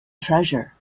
treasure